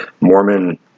Mormon